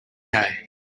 day